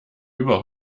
über